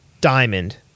Diamond